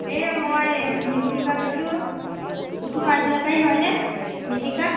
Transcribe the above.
এইয়া মই তিনিখুঁটিৰ পৰা কৈছোঁ পুতু মাছ বেপাৰী হয় নে মিজিকা